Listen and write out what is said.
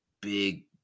big